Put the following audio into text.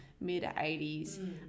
mid-80s